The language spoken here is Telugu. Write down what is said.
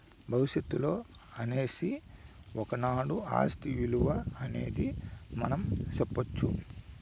భవిష్యత్తులో అనేసి ఒకనాడు ఆస్తి ఇలువ అనేది మనం సెప్పొచ్చు